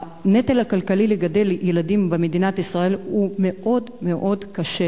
הנטל הכלכלי של גידול ילדים במדינת ישראל הוא מאוד מאוד קשה,